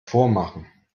vormachen